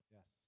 Yes